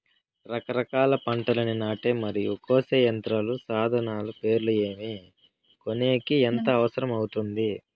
రకరకాల పంటలని నాటే మరియు కోసే యంత్రాలు, సాధనాలు పేర్లు ఏమి, కొనేకి ఎంత అవసరం అవుతుంది?